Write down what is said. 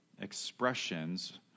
expressions